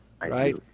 right